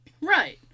Right